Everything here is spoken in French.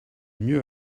mieux